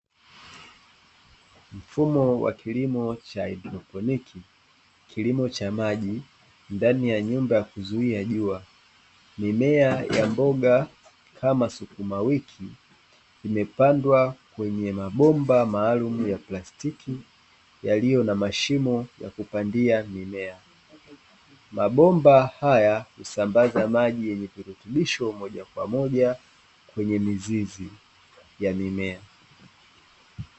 Mfumo wa kilimo cha kilimo cha maji ndani ya nyumba ya kuzuia jua mimea ya mboga kama sukuma wiki imepandwa kwenye mabomba maalumu ya plastiki, yaliyo na mashimo ya kupandia mimea usambaza maji yenye virutubisho moja kwa moja kwenye mizizi ya mimea.